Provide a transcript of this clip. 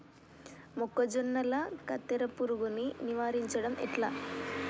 మొక్కజొన్నల కత్తెర పురుగుని నివారించడం ఎట్లా?